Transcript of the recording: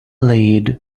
lead